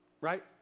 Right